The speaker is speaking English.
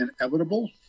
inevitable